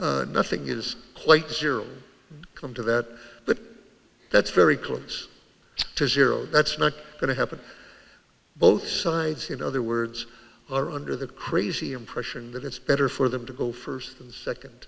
nothing is quite zero come to that that's very close to zero that's not going to happen both sides in other words are under the crazy impression that it's better for them to go first and second